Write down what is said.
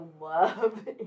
love